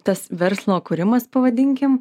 tas verslo kūrimas pavadinkim